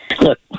Look